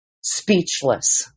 speechless